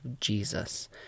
Jesus